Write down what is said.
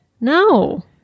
no